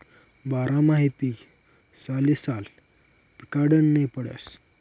बारमाही पीक सालेसाल पिकाडनं नै पडस